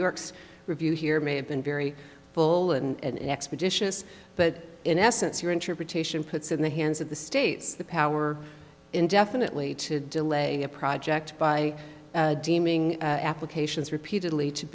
york's review here may have been very full and expeditious but in essence your interpretation puts in the hands of the states the power indefinitely to delay a project by deeming applications repeatedly to